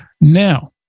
Now